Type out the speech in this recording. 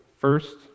first